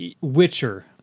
Witcher